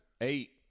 Eight